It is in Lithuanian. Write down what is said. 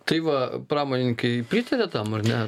tai va pramonininkai pritaria tam ar ne